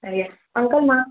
अड़े अंकल मां